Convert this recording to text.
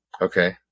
Okay